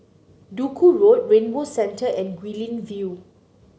Duku Road Rainbow Centre and Guilin View